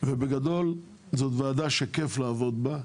בגדול זאת ועדה שכיף לעבוד בה,